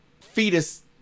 fetus